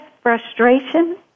frustration